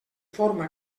forma